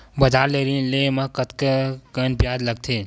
बजार ले ऋण ले म कतेकन ब्याज लगथे?